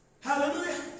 Hallelujah